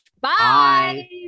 Bye